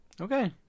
Okay